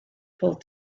full